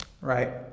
Right